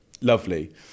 lovely